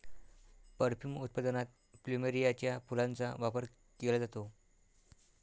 perfume उत्पादनात प्लुमेरियाच्या फुलांचा वापर केला जातो